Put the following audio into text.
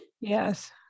Yes